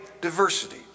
diversity